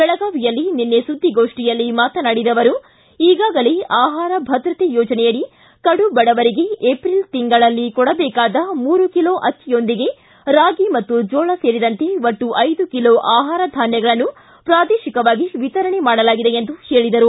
ಬೆಳಗಾವಿಯಲ್ಲಿ ನಿನ್ನೆ ಸುದ್ದಿಗೋಷ್ಠಿಯಲ್ಲಿ ಮಾತನಾಡಿದ ಅವರು ಈಗಾಗಲೇ ಆಹಾರ ಭದ್ರತೆ ಯೋಜನೆಯಡಿ ಕಡು ಬಡವರಿಗೆ ಎಫ್ರಿಲ್ ತಿಂಗಳಲ್ಲಿ ಕೊಡಬೇಕಾದ ಮೂರು ಕಿಲೋ ಅಕ್ಕಿಯೊಂದಿಗೆ ರಾಗಿ ಮತ್ತು ಜೋಳ ಸೇರಿದಂತೆ ಒಟ್ಟು ಐದು ಕಿಲೋ ಆಹಾರ ಧಾನ್ಯಗಳನ್ನು ಪ್ರಾದೇಶಿಕವಾಗಿ ವಿತರಣೆ ಮಾಡಲಾಗಿದೆ ಎಂದು ಹೇಳಿದರು